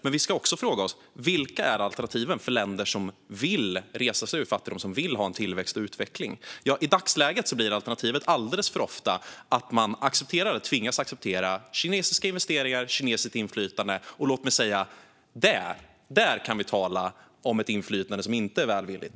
Men vi ska också fråga oss: Vilka är alternativen för länder som vill resa sig ur fattigdom och som vill ha en tillväxt och en utveckling? I dagsläget blir alternativet alldeles för ofta att man tvingas acceptera kinesiska investeringar och kinesiskt inflytande. Och låt mig säga att där kan vi tala om ett inflytande som inte är välvilligt.